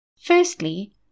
Firstly